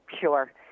Sure